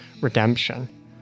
redemption